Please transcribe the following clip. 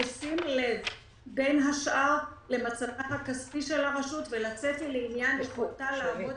ובשים לב בין השאר למצבה הכספי של הרשות ולצפי לעניין יכולתה לעמוד